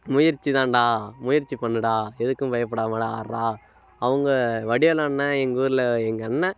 முயற்சி தான்டா முயற்சி பண்ணுடா எதுக்கும் பயப்படாதடா ஆடுறா அவங்க வடிவேல் அண்ணன் எங்கள் ஊரில் எங்கள் அண்ணன்